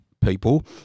people